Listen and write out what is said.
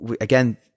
again